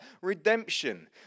redemption